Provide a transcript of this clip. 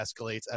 escalates